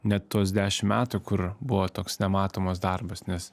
net tuos dešim metų kur buvo toks nematomas darbas nes